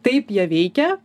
taip jie veikia